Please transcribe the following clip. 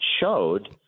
showed